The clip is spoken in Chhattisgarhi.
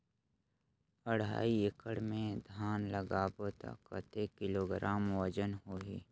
ढाई एकड़ मे धान लगाबो त कतेक किलोग्राम वजन होही?